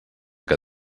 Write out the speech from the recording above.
que